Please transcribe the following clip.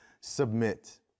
submit